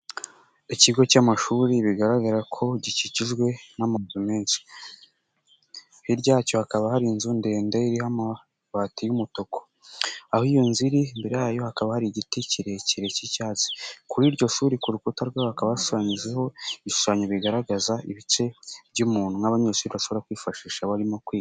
Ikigo cy'amashuri bigaragara ko gikikijwe n'amazu menshi. Hirya yacyo hakaba hari inzu ndende, iriho amabati y'umutuku. Aho iyo iri imbere yayo hakaba hari igiti kirekire cy'icyatsi. Kuri iryo shuri ku rukuta rwayo hakaba hashushanyijeho, ibishushanyo bigaragaza ibice by'umuntu nk'abanyeshuri bashobora kwifashisha barimo kwiga.